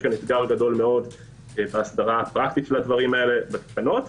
כאן אתגר גדול מאוד בהסדרה הפרקטית לדברים האלה בתקנות.